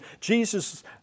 Jesus